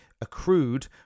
accrued